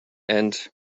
and